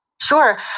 Sure